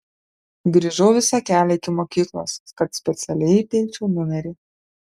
grįžau visą kelią iki mokyklos kad specialiai įteikčiau numerį